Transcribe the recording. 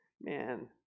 Man